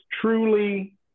truly